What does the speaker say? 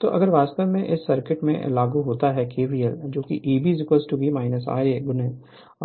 तो अगर वास्तव में इस सर्किट में लागू होता है kvl जोकि Eb V Ia